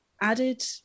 added